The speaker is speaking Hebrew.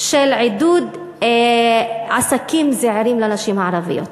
לעידוד עסקים זעירים של נשים ערביות.